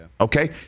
Okay